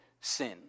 sin